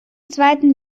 zweiten